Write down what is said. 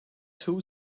two